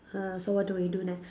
err so what do you do next